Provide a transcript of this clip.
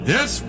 Yes